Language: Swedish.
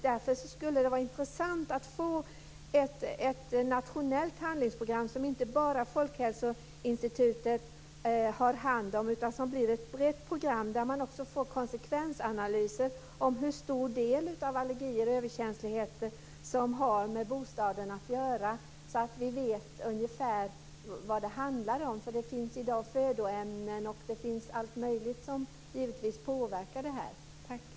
Därför skulle det vara intressant att få ett nationellt handlingsprogram som inte bara Folkhälsoinstitutet har hand om utan som blir ett brett program där man också får konsekvensanalyser av hur stor den del av allergierna och överkänsligheten är som har med bostaden att göra så att vi på ett ungefär vet vad det handlar om. Det finns ju i dag födoämnen och allt möjligt annat som givetvis påverkar i det här avseendet.